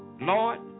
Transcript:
Lord